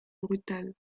brutal